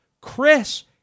Chris